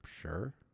Sure